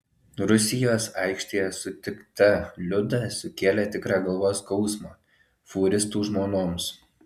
rusijos aikštelėje sutikta liuda sukėlė tikrą galvos skausmą fūristų žmonoms